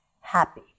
happy